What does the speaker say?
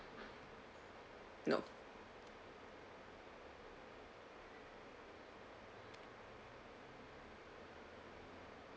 no